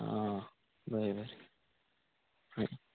आं बरें बरें